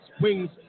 wings